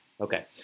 Okay